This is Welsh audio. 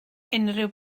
unrhyw